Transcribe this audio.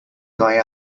guy